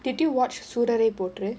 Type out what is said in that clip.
did you watch Soorarai Pottru potru